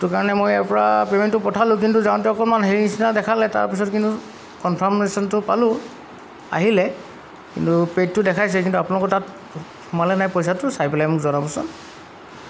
সেইটো কাৰণে মই ইয়াৰ পৰা পে'মেণ্টটো পঠালোঁ কিন্তু যাওঁতে অকণমান হেৰি নিচিনা দেখালে তাৰপিছত কিন্তু কনফাৰ্মেশ্যনটো পালোঁ আহিলে কিন্তু পে'ডটো দেখাইছে কিন্তু আপোনালোকৰ তাত সোমালে নাই পইচাটো চাই পেলাই মোক জনাবচোন